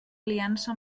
aliança